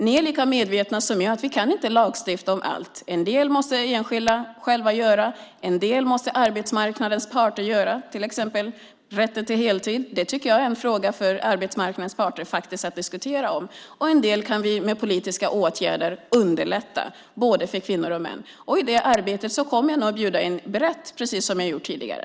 Ni är lika medvetna som jag om att vi inte kan lagstifta om allt. En del måste enskilda själva göra, en del måste arbetsmarknadens parter göra, till exempel när det gäller rätten till heltid. Det tycker jag är en fråga för arbetsmarknadens parter att diskutera. En del kan vi med politiska åtgärder underlätta, både för kvinnor och män. I det arbetet kommer jag att bjuda in brett precis som jag har gjort tidigare.